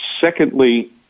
secondly